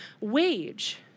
wage